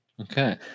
Okay